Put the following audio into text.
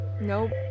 Nope